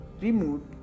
removed